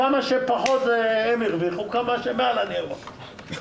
כמה שפחות הם הרוויחו, כמה שמעל אני הרווחתי.